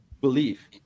belief